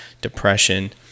depression